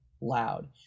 loud